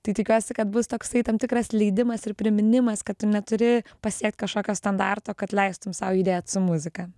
tai tikiuosi kad bus toksai tam tikras leidimas ir priminimas kad tu neturi pasiekt kažkokio standarto kad leistum sau judėt su muzika